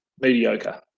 mediocre